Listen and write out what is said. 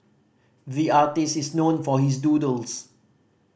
the artist is known for his doodles